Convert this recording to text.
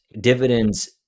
dividends